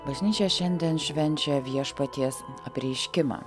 bažnyčia šiandien švenčia viešpaties apreiškimą